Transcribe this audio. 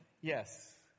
yes